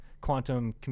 quantum